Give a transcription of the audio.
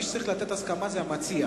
מי שצריך לתת הסכמה זה המציע.